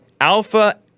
alpha